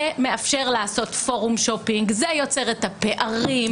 זה מאפשר לעשות פורום שופינג, זה יוצר את הפערים.